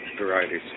varieties